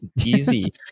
Easy